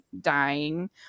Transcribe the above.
dying